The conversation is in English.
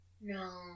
No